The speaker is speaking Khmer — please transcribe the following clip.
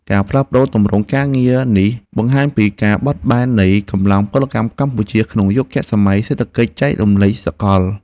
ការផ្លាស់ប្តូរទម្រង់ការងារនេះបង្ហាញពីការបត់បែននៃកម្លាំងពលកម្មកម្ពុជាក្នុងយុគសម័យសេដ្ឋកិច្ចចែករំលែកសកល។